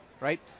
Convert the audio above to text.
right